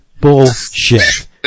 bullshit